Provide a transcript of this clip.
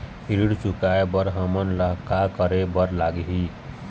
ऋण चुकाए बर हमन ला का करे बर लगही?